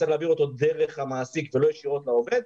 צריך להעביר אותו דרך המעסיק ולא ישירות לעובד,